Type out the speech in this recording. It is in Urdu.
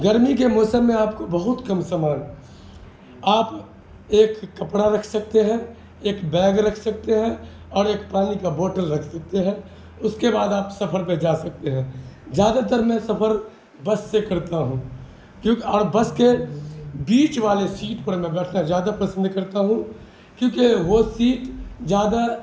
گرمی کے موسم میں آپ کو بہت کم سامان آپ ایک کپڑا رکھ سکتے ہیں ایک بیگ رکھ سکتے ہیں اور ایک پانی کا بوٹل رکھ سکتے ہیں اس کے بعد آپ سفر پہ جا سکتے ہیں زیادہ تر میں سفر بس سے کرتا ہوں کیوں اور بس کے بیچ والے سیٹ پر میں بیٹھنا زیادہ پسند کرتا ہوں کیونکہ وہ سیٹ زیادہ